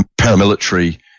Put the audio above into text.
paramilitary –